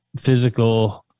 physical